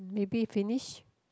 maybe finish